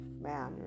man